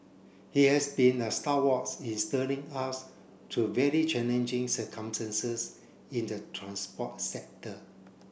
he has been a in steering us through very challenging circumstances in the transport sector